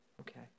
Okay